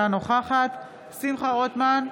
אינה נוכחת שמחה רוטמן,